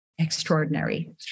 extraordinary